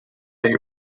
date